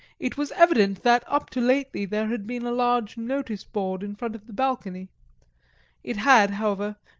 it was evident that up to lately there had been a large notice-board in front of the balcony it had, however,